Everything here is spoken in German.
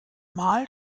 mal